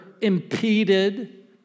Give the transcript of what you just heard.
impeded